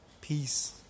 Peace